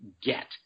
get